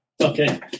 Okay